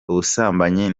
ubusambanyi